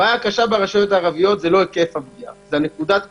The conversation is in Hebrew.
הבעיה הקשה ברשויות הערביות זה לא ההיקף של הפגיעה אלא נקודת הבסיס.